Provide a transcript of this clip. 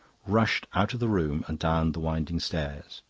rushed out of the room and down the winding stairs.